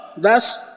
Thus